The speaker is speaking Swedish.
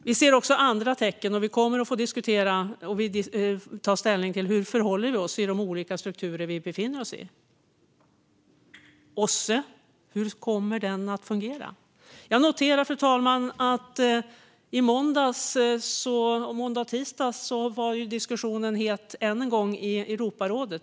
Vi ser också andra tecken, och vi kommer att få ta ställning till hur vi förhåller oss till de olika strukturer som vi befinner oss i. Hur kommer OSSE att fungera? Fru talman! Jag noterar att diskussionen än en gång var het i Europarådet i måndags och tisdags.